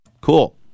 cool